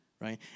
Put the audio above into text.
right